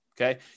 okay